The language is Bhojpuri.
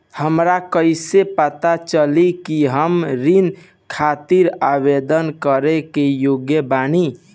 हमरा कईसे पता चली कि हम ऋण खातिर आवेदन करे के योग्य बानी?